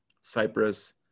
Cyprus